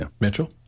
Mitchell